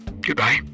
goodbye